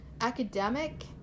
academic